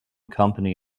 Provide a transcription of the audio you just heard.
company